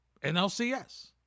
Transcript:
NLCS